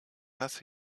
lass